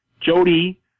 Jody